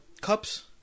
cups